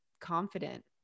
confident